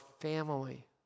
family